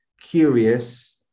curious